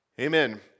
amen